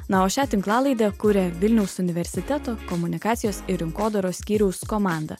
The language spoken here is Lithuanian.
na o šią tinklalaidę kuria vilniaus universiteto komunikacijos ir rinkodaros skyriaus komanda